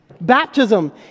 Baptism